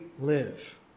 live